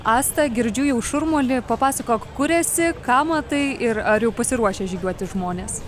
asta girdžiu jau šurmulį papasakok kur esi ką matai ir ar jau pasiruošę žygiuoti žmonės